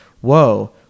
Whoa